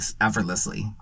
effortlessly